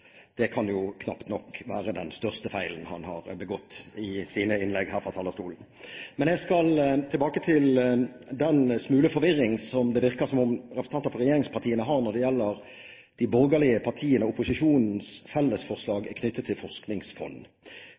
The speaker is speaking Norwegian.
Det kan jo knapt nok være den største feilen han har begått i sine innlegg her fra talerstolen. Jeg skal tilbake til den smule forvirring som det virker som det er blant representanter fra regjeringspartiene når det gjelder de borgerlige partiene, opposisjonens, felles forslag knyttet til forskningsfond,